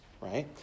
right